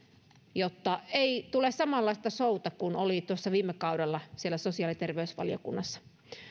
jotta ei tule samanlaista showta kuin oli tuossa viime kaudella siellä sosiaali ja terveysvaliokunnassa